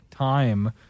time